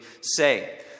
say